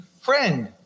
friend